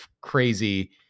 crazy